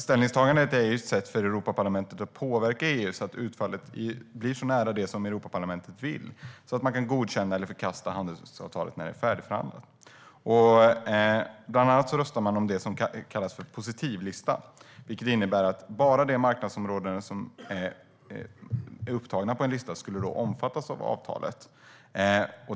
Ställningstagandet är ett sätt för Europaparlamentet att påverka EU så att utfallet blir så nära det som Europaparlamentet vill så att man kan godkänna eller förkasta handelsavtalet när det är färdigförhandlat. Bland annat röstade man om det som kallas för positivlistan, vilket innebär att bara de marknadsområden som är upptagna på en lista skulle omfattas av avtalet.